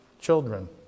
children